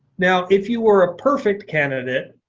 now, if you were a perfect candidate,